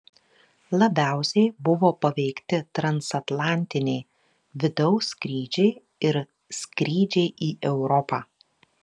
labiausiai buvo paveikti transatlantiniai vidaus skrydžiai ir skrydžiai į europą